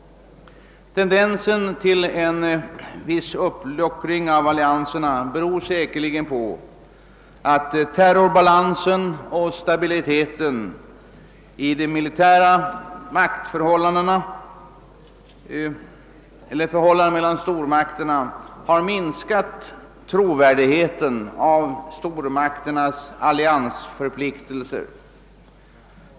Tendensen till en viss uppluckring av allianserna beror säkerligen på att terrorbalansen och stabiliteten i de militära förhållandena mellan stormakterna har minskat tilliten till stormakternas alliansförpliktelser.